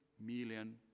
million